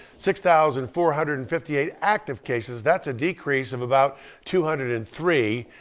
six thousand four hundred and fifty eight active cases. that's a decrease of about two hundred and three.